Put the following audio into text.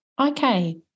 Okay